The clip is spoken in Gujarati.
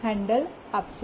હેન્ડલ આપશે